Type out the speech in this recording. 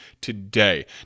today